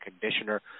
conditioner